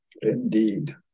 Indeed